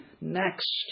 next